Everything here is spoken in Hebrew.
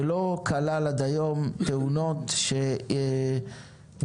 שלא כללה עד היום תאונות שבהן רק פלסטינים מעורבים.